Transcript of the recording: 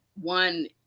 one